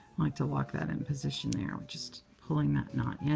like to lock that in position there. we're just pulling that knot yeah